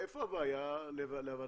איפה הבעיה, להבנתך?